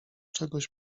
czegoś